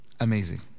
Amazing